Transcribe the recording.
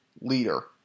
leader